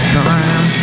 time